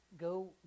go